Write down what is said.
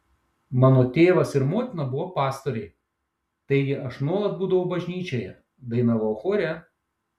mano tėvas ir motina buvo pastoriai taigi aš nuolat būdavau bažnyčioje dainavau chore